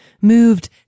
moved